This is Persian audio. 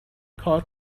کار